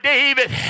David